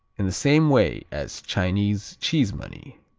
in the same way as chinese cheese money.